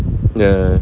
ya